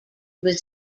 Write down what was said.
was